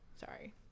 Sorry